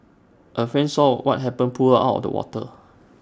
A friend saw what happened pulled her out of the water